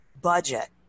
budget